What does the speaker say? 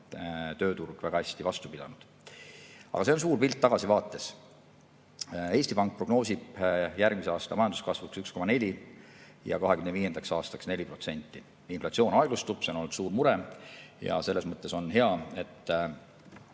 tööturg väga hästi vastu pidanud. Aga see on suur pilt tagasivaates. Eesti Pank prognoosib järgmise aasta majanduskasvuks 1,4% ja 2025. aastaks 4%. Inflatsioon aeglustub. Inflatsioon on olnud suur mure ja selles mõttes on hea, et